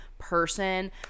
person